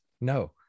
no